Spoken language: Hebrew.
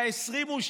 22